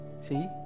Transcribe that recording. See